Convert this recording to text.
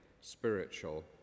spiritual